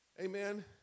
Amen